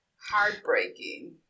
heartbreaking